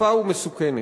חריפה ומסוכנת.